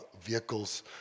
vehicles